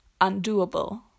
undoable